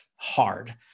hard